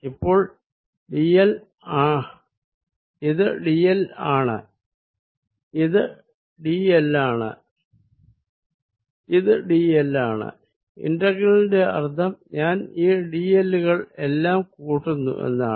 അപ്പോൾ ഇത് dl ആണ് ഇത് dl ആണ് ഇത് dl ആണ് ഇന്റെഗ്രേലിന്റെ അർത്ഥം ഞാൻ ഈ dl കൾ എല്ലാം കൂട്ടുന്നു എന്നാണ്